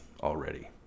already